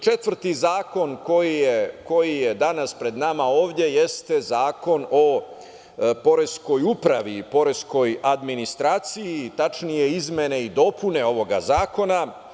Četvrti zakon koji je danas pred nama ovde jeste Zakon o poreskoj upravi i poreskoj administracije, tačnije izmene i dopune ovog zakona.